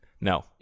No